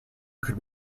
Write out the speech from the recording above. could